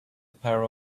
pair